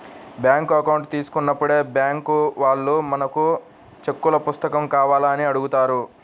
bank account తీసుకున్నప్పుడే bank వాళ్ళు మనకు చెక్కుల పుస్తకం కావాలా అని అడుగుతారు